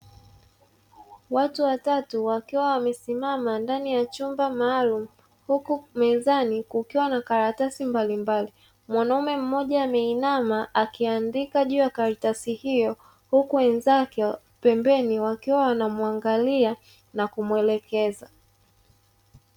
Watu watatu wakiwa wamesimama ndani ya chumba maalumu, huku mezani kukiwa na karatasi mbalimbali; mwanaume mmoja ameinama akiandika juu ya karatasi hiyo, huku wenzake pembeni wakiwa wanamwangalia na kumwelekeza.